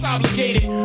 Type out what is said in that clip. Obligated